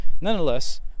nonetheless